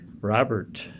Robert